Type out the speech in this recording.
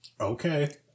okay